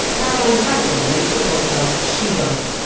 caroline crampton makes the podcast shedunnit,